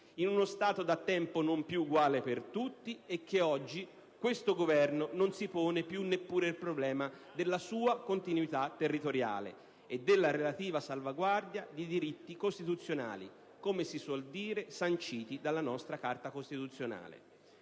in uno Stato da tempo non più uguale per tutti e che oggi, con questo Governo, non si pone più neppure il problema della sua continuità territoriale e della relativa salvaguardia dei diritti sanciti dalla nostra Carta costituzionale.